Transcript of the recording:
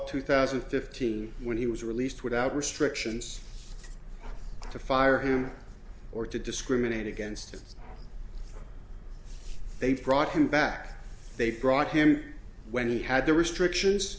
two thousand and fifteen when he was released without restrictions to fire him or to discriminate against they've brought him back they brought him when he had the restrictions